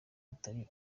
atari